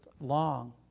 long